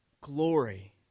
glory